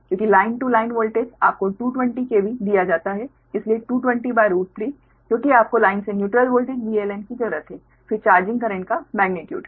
क्योंकि line to line voltage आपको 220 KV दिया जाता है इसलिए 2203 क्योंकि आपको लाइन से न्यूट्रल वोल्टेज VLN की जरूरत है फिर चार्जिंग करेंट का मेग्नीट्यूड